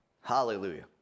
Hallelujah